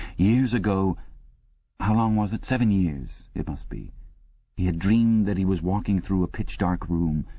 years ago how long was it? seven years it must be he had dreamed that he was walking through a pitch-dark room.